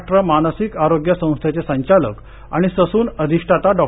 महाराष्ट्र मानसिक आरोग्य संस्थचे संचालक आणि ससून अधिष्ठाता डॉ